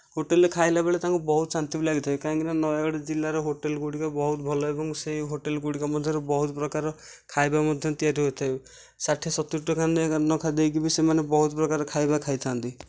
ହୋଟେଲରେ ଖାଇଲା ବେଳେ ତାଙ୍କୁ ବହୁତ ଶାନ୍ତି ଲାଗିଥାଏ କାହିଁକି ନା ନୟାଗଡ଼ ଜିଲ୍ଲାର ହୋଟେଲ ଗୁଡ଼ିକ ବହୁତ ଭଲ ଏବଂ ସେହି ହୋଟେଲ ଗୁଡ଼ିକ ମଧ୍ୟରୁ ବହୁତ ପ୍ରକାର ଖାଇବା ମଧ୍ୟ ତିଆରି ହୋଇଥାଏ ଷାଠିଏ ସତୁରି ଟଙ୍କା ଦେଇକି ବି ସେମାନେ ବହୁତ ପ୍ରକର ଖାଇବା ଖାଇଥାନ୍ତି